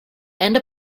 and